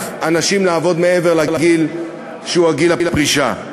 אנשים לעבוד מעבר לגיל שהוא גיל הפרישה.